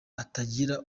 atagira